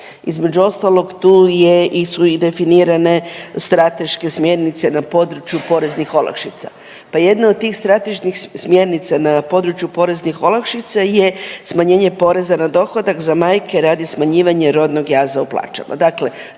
Između ostalog tu je i su definirane strateške smjernice na području poreznih olakšica, pa jedna od tih strateških smjernica na području poreznih olakšica je smanjenje poreza na dohodak za majke radi smanjivanja rodnog jaza u plaćama.